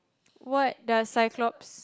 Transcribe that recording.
what does cyclops